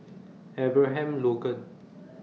Abraham Logan